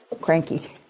cranky